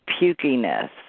pukiness